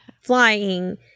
flying